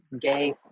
gay